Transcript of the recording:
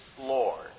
Lord